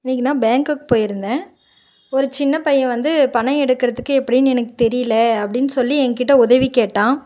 இன்றைக்கி நான் பேங்க்குக்கு போயிருந்தேன் ஒரு சின்ன பையன் வந்து பணம் எடுக்கிறதுக்கு எப்படின்னு எனக்கு தெரியல அப்படின்னு சொல்லி என் கிட்டே உதவி கேட்டான்